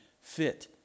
fit